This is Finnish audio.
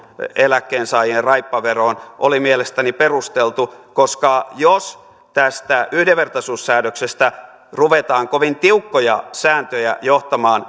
eläkkeensaajien raippaveroon oli mielestäni perusteltu koska jos tästä yhdenvertaisuussäädöksestä ruvetaan kovin tiukkoja sääntöjä johtamaan